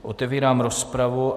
Otevírám rozpravu.